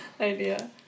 idea